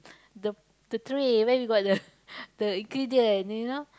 the the tray where we got the the ingredient you know